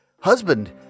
husband